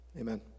Amen